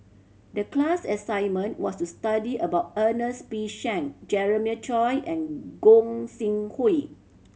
the class assignment was to study about Ernest P Shank Jeremiah Choy and Gog Sing Hooi